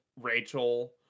Rachel